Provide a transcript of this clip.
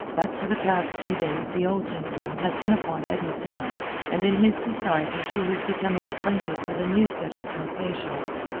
but for the past few days the old gentleman had been upon edna's hands, and in his society she was becoming acquainted with a new set of sensations.